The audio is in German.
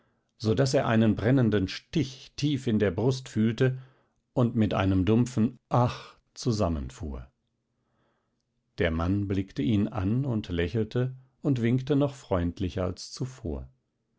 so daß er einen brennenden stich tief in der brust fühlte und mit einem dumpfen ach zusammenfuhr der mann blickte ihn an und lächelte und winkte noch freundlicher als zuvor